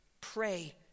Pray